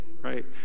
right